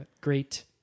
great